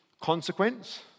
consequence